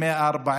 140